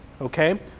Okay